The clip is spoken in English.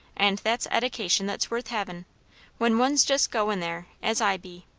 and that's edication that's worth havin' when one's just goin' there, as i be.